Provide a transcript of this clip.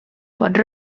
pots